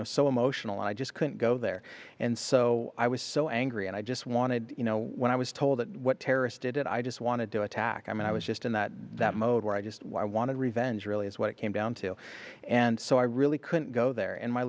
know so emotional i just couldn't go there and so i was so angry and i just wanted you know when i was told that what terrorist did i just want to do attack i mean i was just in that that mode where i just why i wanted revenge really is what it came down to and so i really couldn't go there and my